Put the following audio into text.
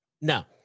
No